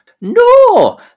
No